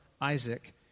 Isaac